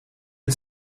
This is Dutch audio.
het